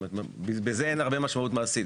בזה אין הרבה משמעות מעשית,